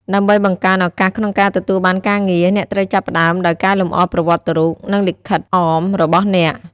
ដើម្បីបង្កើនឱកាសក្នុងការទទួលបានការងារ អ្នកត្រូវចាប់ផ្តើមដោយកែលម្អប្រវត្តិរូប និងលិខិតអម របស់អ្នក។